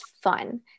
fun